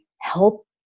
help